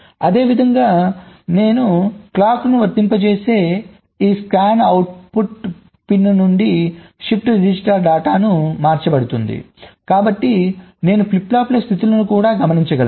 అదేవిధంగా నేను క్లాక్ను వర్తింపజేస్తే ఈ స్కానౌట్ పిన్ నుండి షిఫ్ట్ రిజిస్టర్ డేటా మార్చబడుతుంది కాబట్టి నేను ఫ్లిప్ ఫ్లాప్ల స్థితులను కూడా గమనించగలను